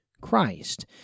Christ